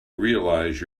realize